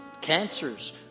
cancers